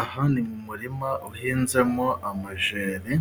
Aha ni mu murima uhinzemo amajeri ,